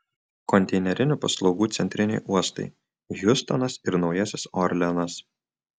konteinerinių paslaugų centriniai uostai hjustonas ir naujasis orleanas